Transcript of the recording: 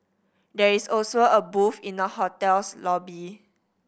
there is also a booth in the hotel's lobby